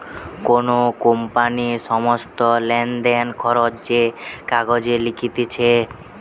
কোন কোম্পানির সমস্ত লেনদেন, খরচ যে কাগজে লিখতিছে